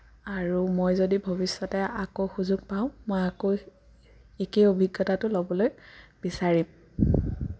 আৰু মই যদি ভৱিষ্যতে আকৌ সুযোগ পাওঁ মই আকৌ একেই অভিজ্ঞতাটো ল'বলৈ বিচাৰিম